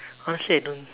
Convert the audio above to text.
honestly I don't